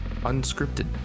unscripted